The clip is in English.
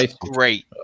Great